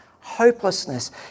hopelessness